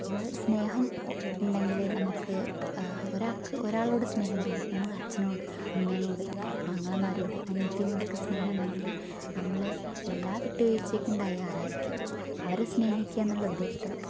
നമ്മൾ സ്നേഹം ഉണ്ടെങ്കിൽ നമുക്ക് ഒരാൾക്ക് ഒരാളോട് സ്നേഹം തോന്നി നമ്മളെ അച്ഛനോട് അമ്മേനോട് ആങ്ങളമാരോട് അനിയത്തീനോടൊക്കെ സ്നേഹം ഉണ്ടെങ്കിൽ നമ്മൾ എല്ലാ വിട്ടു വീഴ്ചയ്ക്കും തയ്യാറായിരിക്കും അവരെ സ്നേഹിക്കുകയെന്നുള്ള ഉദ്ദേശത്തോടെ